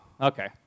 okay